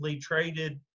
traded